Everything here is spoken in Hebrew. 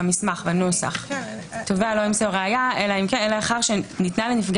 13א(ד) תובע לא ימסור ראיה אלא לאחר שניתנה לנפגע